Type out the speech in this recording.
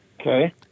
Okay